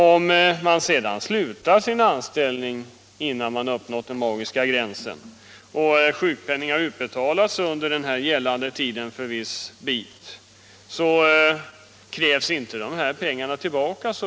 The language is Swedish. Om man sedan slutar sin anställning innan man uppnått den uppgivna inkomsten och sjukpenning har utbetalats, krävs såvitt jag förstår inte dessa pengar tillbaka.